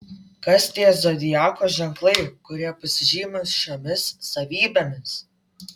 kas tie zodiako ženklai kurie pasižymi šiomis savybėmis